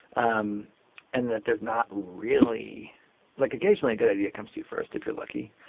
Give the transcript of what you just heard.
um and that there's not really like occasionally a good idea comes to you first, if you're lucky.